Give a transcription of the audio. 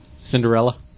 Cinderella